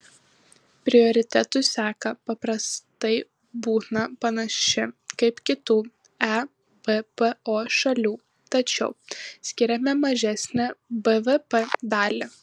prioritetų seka paprastai būna panaši kaip kitų ebpo šalių tačiau skiriame mažesnę bvp dalį